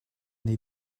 they